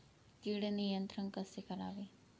कीड नियंत्रण कसे करावे?